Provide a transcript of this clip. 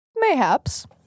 Mayhaps